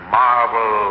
marvel